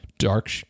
dark